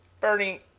Bernie